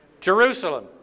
Jerusalem